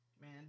Man